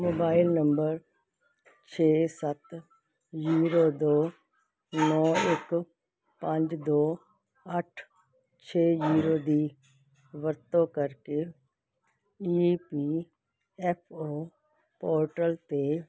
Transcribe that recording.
mobile number ਛੇ ਸੱਤ zero ਦੋ ਨੌਂ ਇੱਕ ਪੰਜ ਦੋ ਅੱਠ ਛੇ ਜ਼ੀਰੋ ਦੀ ਵਰਤੋਂ ਕਰਕੇ E P F O portal 'ਤੇ